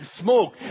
smoke